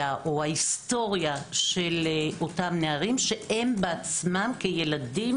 ההיסטוריה של אותם נערים שהם בעצמם כילדים